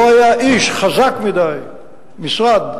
לא היה איש חזק מדי משרד,